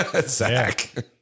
Zach